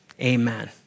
amen